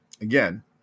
again